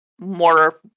more